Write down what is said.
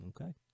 okay